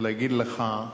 ולהגיד לך,